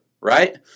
right